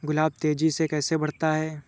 गुलाब तेजी से कैसे बढ़ता है?